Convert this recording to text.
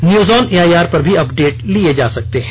news on AIR पर भी update लिये जा सकते हैं